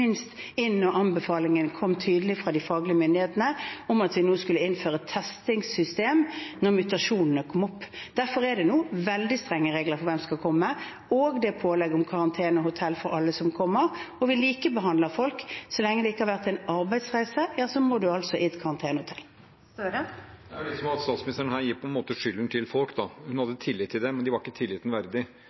anbefalingen kom tydelig fra fagmyndighetene om at vi skulle innføre testingssystem – da mutasjonene kom. Derfor er det nå veldig strenge regler for hvem som kan komme, og det er pålegg om karantenehotell for alle som kommer. Vi likebehandler folk. Så lenge det ikke har vært en arbeidsreise, må man altså inn på karantenehotell. Jonas Gahr Støre – til oppfølgingsspørsmål. Det er litt som om statsministeren her på en måte gir folk skylden – hun hadde tillit til dem, men de var ikke tilliten verdig.